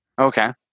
Okay